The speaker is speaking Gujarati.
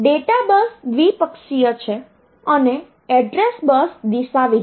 ડેટા બસ દ્વિપક્ષીય છે અને એડ્રેસ બસ દિશાવિહીન છે